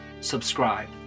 subscribe